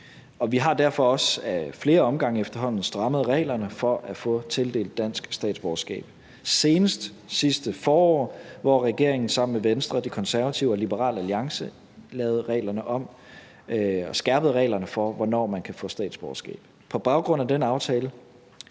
Vi har derfor også ad flere omgange efterhånden strammet reglerne for at få tildelt dansk statsborgerskab, senest sidste forår, hvor regeringen sammen med Venstre, De Konservative og Liberal Alliance lavede reglerne om og skærpede reglerne for, hvornår man kan få statsborgerskab.